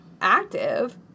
active